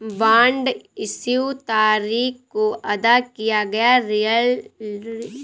bond issue तारीख को अदा किया गया यील्ड कूपन रेट है